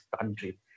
country